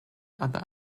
other